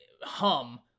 hum